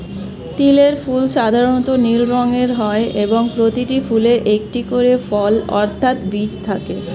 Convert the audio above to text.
তিলের ফুল সাধারণ নীল রঙের হয় এবং প্রতিটি ফুলে একটি করে ফল অর্থাৎ বীজ থাকে